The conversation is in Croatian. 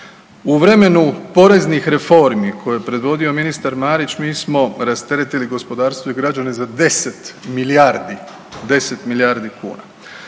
U vremenu poreznih reformi koje je predvodio ministar Marić mi smo rasteretili gospodarstvo i građane za 10 milijardi,